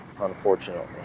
Unfortunately